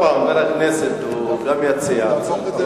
וגם הוא יציע הצעה.